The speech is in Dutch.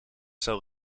zou